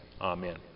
Amen